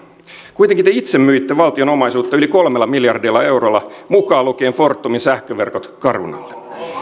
kuitenkin te itse myitte valtion omaisuutta yli kolmella miljardilla eurolla mukaan lukien fortumin sähköverkot carunalle